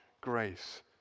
grace